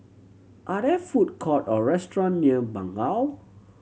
are there food court or restaurant near Bangau